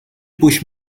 push